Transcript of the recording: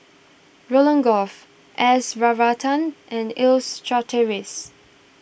Roland Goh S Varathan and Leslie Charteris